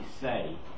say